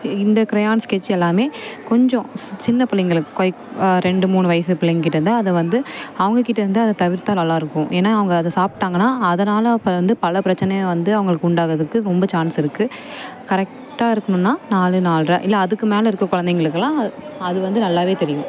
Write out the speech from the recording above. இந்த crayons sketch எல்லாமே கொஞ்சம் சின்னப் பிள்ளைங்களுக்கு கொய் ரெண்டு மூணு வயது பிள்ளைங்கள் கிட்டேதான் அதை வந்து அவங்கக் கிட்டே இருந்து அதை தவிர்த்தால் நல்லாயிருக்கும் ஏன்னால் அவங்க அதை சாப்பிட்டாங்கனா அதனால் அப்பலிருந்து பல பிரச்சினைய வந்து அவங்களுக்கு உண்டாகிறதுக்கு ரொம்ப சான்ஸ் இருக்குது கரெக்டாக இருக்கணுனால் நாலு நாலரை இல்லை அதுக்கு மேலே இருக்க கொழந்தைங்களுக்குலாம் அது வந்து நல்லாவே தெரியும்